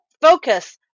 focus